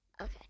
Okay